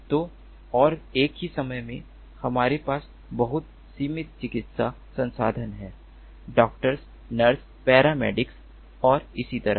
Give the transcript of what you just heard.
तो और एक ही समय में हमारे पास बहुत सीमित चिकित्सा संसाधन हैं डॉक्टर नर्स पैरामेडिक्स और इसी तरह